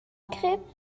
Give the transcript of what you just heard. gräbt